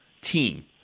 team